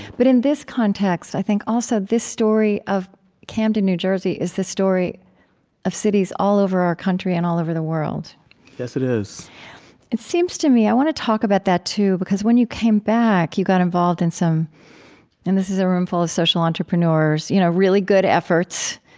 but in this context, i think, also, this story of camden, new jersey is the story of cities all over our country and all over the world yes, it is it seems to me i want to talk about that too, because when you came back you got involved in some and this is a room full of social entrepreneurs you know really good efforts,